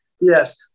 Yes